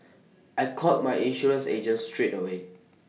I called my insurance agent straight away